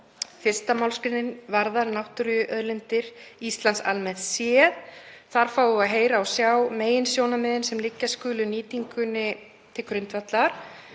1. mgr. varðar náttúruauðlindir Íslands almennt séð. Þar fáum við að heyra og sjá meginsjónarmiðin sem liggja skulu nýtingunni til grundvallar.